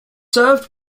served